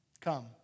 come